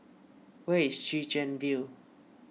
where is Chwee Chian View